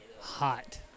hot